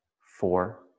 four